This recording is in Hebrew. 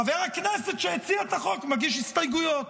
חבר הכנסת שהציע את החוק מגיש הסתייגויות.